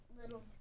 little